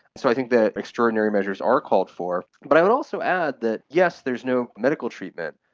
so i think that extraordinary measures are called for. but i'd also add that, yes, there is no medical treatment,